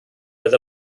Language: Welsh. oedd